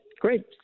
great